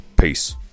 Peace